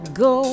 go